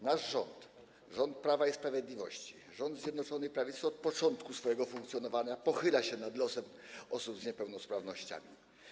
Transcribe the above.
Nasz rząd, rząd Prawa i Sprawiedliwości, rząd Zjednoczonej Prawicy, od początku swojego funkcjonowania pochyla się nad losem osób z niepełnosprawnościami.